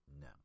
no